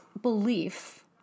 belief